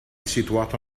situato